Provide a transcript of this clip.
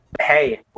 hey